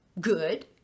good